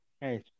Hey